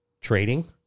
trading